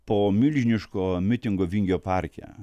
po milžiniško mitingo vingio parke